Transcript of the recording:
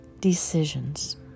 decisions